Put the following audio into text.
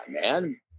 man